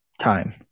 time